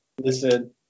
listen